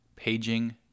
Paging